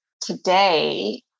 today